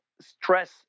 stress